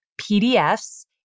PDFs